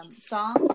song